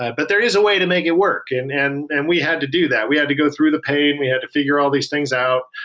ah but there is a way to make it work, and and and we had to do that. we had to go through the pain. we had to figure all these things out,